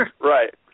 Right